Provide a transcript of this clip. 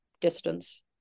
distance